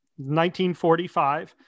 1945